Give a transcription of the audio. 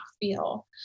feel